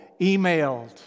emailed